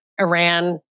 Iran